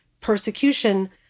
persecution